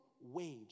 wage